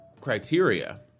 criteria